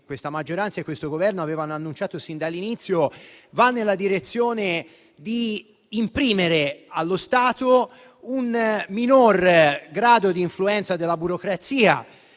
questa maggioranza e questo Governo avevano annunciato sin dall'inizio, va nella direzione di diminuire il grado di influenza della burocrazia